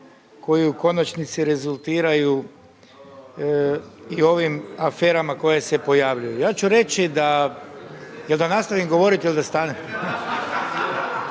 koji u konačnici rezultiraju i ovim aferama koje se pojavljuju. Ja ću reći da, jel da nastavim govoriti ili da stanem?